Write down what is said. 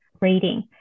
rating